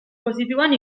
positiboan